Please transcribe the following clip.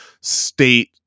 state